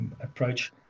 approach